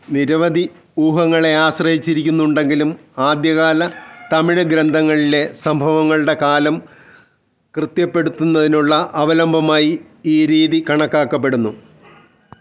നിരവധി ഊഹങ്ങളെ ആശ്രയിച്ചിരിക്കുന്നുണ്ടെങ്കിലും ആദ്യകാല തമിഴ് ഗ്രന്ഥങ്ങളിലെ സംഭവങ്ങളുടെ കാലം കൃത്യപ്പെടുത്തുന്നതിനുള്ള അവലംബമായി ഈ രീതി കണക്കാക്കപ്പെടുന്നു